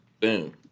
Boom